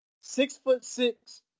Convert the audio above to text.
Six-foot-six